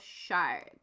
shards